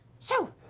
so!